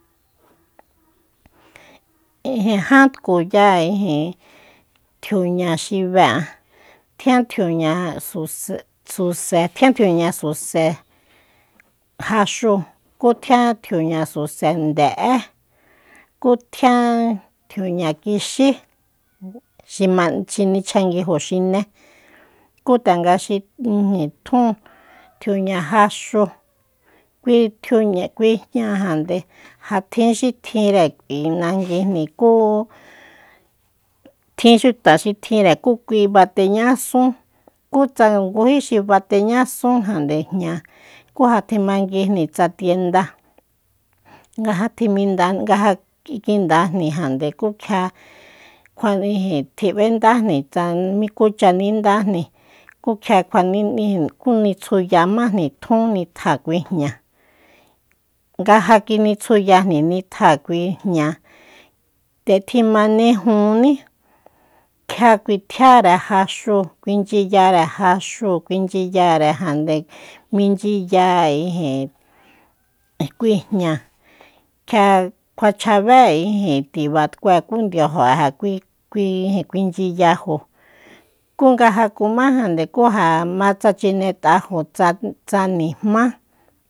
Jan tkuya ijin tjiuña xi be'an tjian tjiuña suse- suse tjian tjiuña suse jaxu ku tjian suse nde'e ku tjian tjiuña kixi xi ma xi nichjanguijo xiné ku tanga xi ijin tjun tjiuña jaxúu kui tjiuña kui jñajande ja tjin xi tjinre k'ui nanguijni kú tjin xuta xi tjinre ku kui bateñasun ku tsanga ngují xi bateñasunjande jña kú ja tjimanguijni tsa tiendáa nga ja tjiminda nga ja kikindajnijande ku kjia kjua ijin tjib'endajni tsa mi kucha nindajni ku kjia kjuani- kunitsjuyamájni tjun nitja kui jña nga ja kinitsjuyajni nitja kui jña nde tjimanejúní kjia kuitjiare jaxu kuinchy yare jaxu kuinchyiyarejande minchyiya ijin kui jña kjia kuachjabé tiba tkue kú ndiajo'e ja kui- kui minchyiyajo ku nga ja kumákuajande kú ja ma tsa chinet'ajo tsa- tsa nijmá